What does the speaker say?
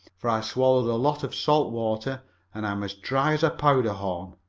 for i swallowed a lot of salt water and i'm as dry as a powder horn.